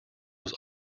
was